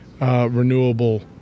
renewable